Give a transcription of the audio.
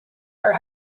are